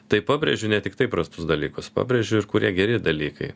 tai pabrėžiu ne tiktai prastus dalykus pabrėžiu ir kurie geri dalykai